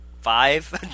five